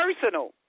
personal